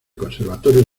conservatorio